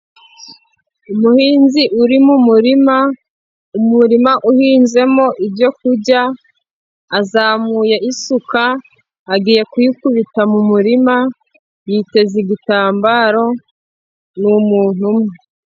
Umuhinzi uri mu murima, umurima uhinzemo ibyo kurya, azamuye isuka, agiye kuyikubita mu murima, yiteze igitambaro, ni umuntu umwe.